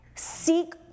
seek